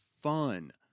fun